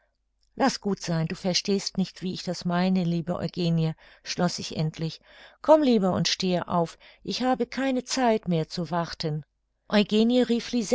laß gut sein du verstehst nicht wie ich das meine liebe eugenie schloß ich endlich komm lieber und stehe auf ich habe keine zeit mehr zu warten eugenie